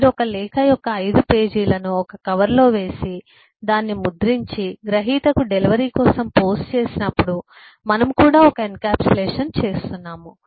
మీరు ఒక లేఖ యొక్క 5 పేజీలను ఒక కవరులో వేసి దాన్ని ముద్రించి గ్రహీతకు డెలివరీ కోసం పోస్ట్ చేసినప్పుడు మనము కూడా ఒక ఎన్క్యాప్సులేషన్ చేస్తున్నాము